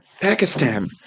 Pakistan